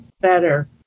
better